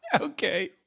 Okay